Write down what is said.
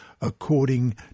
according